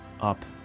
up